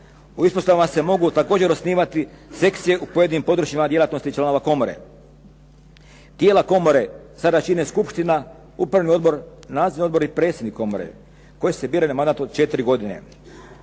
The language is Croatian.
U ispostavama se mogu također osnivati sekcije u pojedinim područjima djelatnosti članova komore. Tijela komore sada čine skupština, upravni odbor, nadzorni odbor i predsjednik komore koji se bira na mandat od 4 godine.